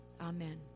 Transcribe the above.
Amen